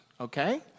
okay